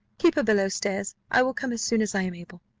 keep her below stairs i will come as soon as i am able.